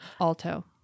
Alto